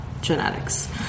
genetics